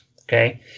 Okay